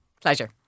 pleasure